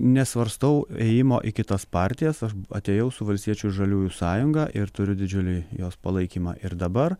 nesvarstau ėjimo į kitas partijas aš atėjau su valstiečių žaliųjų sąjunga ir turiu didžiulį jos palaikymą ir dabar